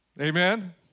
Amen